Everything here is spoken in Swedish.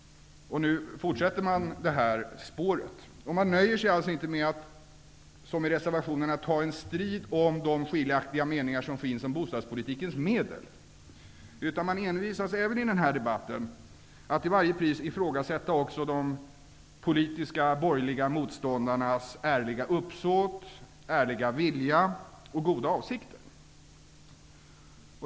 Nu fortsätter man i det här spåret. Man nöjer sig alltså inte med att i reservationerna ta en strid om de skiljaktiga meningar som finns om bostadspolitikens medel, utan man envisas med att även i denna debatt till varje pris ifrågasätta också de politiska borgerliga motståndarnas ärliga uppsåt, ärliga vilja och goda avsikter.